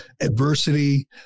adversity